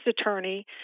attorney